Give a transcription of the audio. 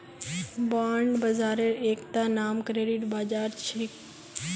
bond बाजारेर एकता नाम क्रेडिट बाजार छेक